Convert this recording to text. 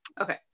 Okay